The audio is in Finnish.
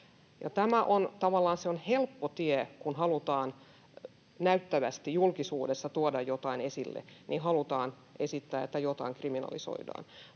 se on helppo tie, että kun halutaan näyttävästi julkisuudessa tuoda jotain esille, niin halutaan esittää, että jotain kriminalisoidaan.